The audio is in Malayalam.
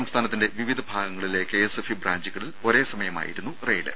സംസ്ഥാനത്തിന്റെ വിവിധ ഭാഗങ്ങളിലെ കെഎസ്എഫ്ഇ ബ്രാഞ്ചുകളിൽ ഒരേസമയത്തായിരുന്നു റെയ്ഡ്